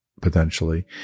potentially